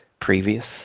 previous